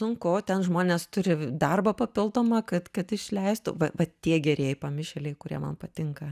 sunku ten žmonės turi darbą papildomą kad kad išleistų va va tie gerieji pamišėliai kurie man patinka